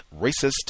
racist